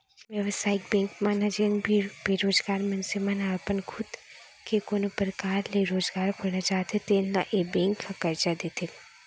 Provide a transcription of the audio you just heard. बेवसायिक बेंक मन ह जेन भी बेरोजगार मनसे मन ह अपन खुद के कोनो परकार ले रोजगार खोलना चाहते तेन ल ए बेंक ह करजा देथे